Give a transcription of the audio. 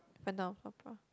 Phantom-of-Opera